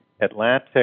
Atlantic